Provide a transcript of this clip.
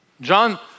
John